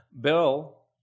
Bill